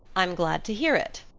i'm glad to hear it,